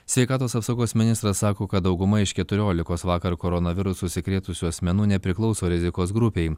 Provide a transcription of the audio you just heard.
sveikatos apsaugos ministras sako kad dauguma iš keturiolikos vakar koronavirusu užsikrėtusių asmenų nepriklauso rizikos grupei